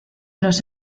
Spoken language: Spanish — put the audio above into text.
los